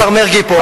השר מרגי פה.